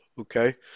Okay